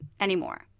anymore